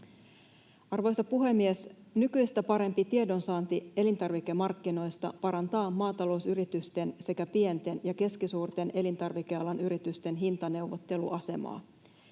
Arvoisa puhemies! Nykyistä parempi tiedonsaanti elintarvikemarkkinoista parantaa maatalousyritysten sekä pienten ja keskisuurten elintarvikealan yritysten hintaneuvotteluasemaa.